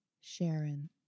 Sharon